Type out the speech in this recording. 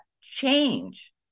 change